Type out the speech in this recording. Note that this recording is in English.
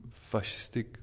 fascistic